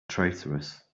traitorous